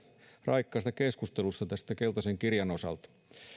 raikkaasta keskustelusta keltaisen kirjan osalta